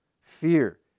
Fear